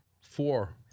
four